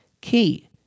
key